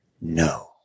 no